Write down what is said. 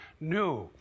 new